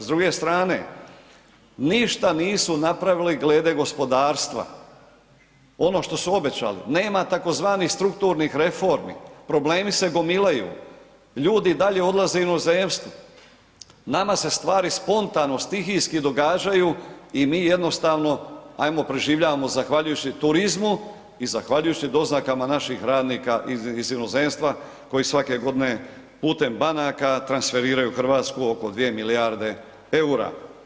S druge strane ništa nisu napravili glede gospodarstva ono što su obećali nema tzv. strukturnih reformi, problemi se gomilaju, ljudi i dalje odlaze u inozemstvo, nama se stvari spontano, stihijski događaju i mi jednostavno ajmo preživljavamo zahvaljujući turizmu i zahvaljujući doznakama naših radnika iz inozemstva koji svake godine putem banaka transferiraju Hrvatsku oko 2 milijarde EUR-a.